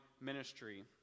ministry